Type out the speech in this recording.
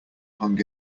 hung